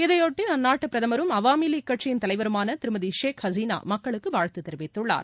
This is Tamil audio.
இதையொட்டி அந்நாட்டு பிரதமரும் அவாமிலீக் கட்சியின் தலைவருமான திருமதி ஷேக் ஹசினா மக்களுக்கு வாழ்த்து தெரிவித்துள்ளார்